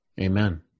Amen